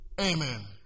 Amen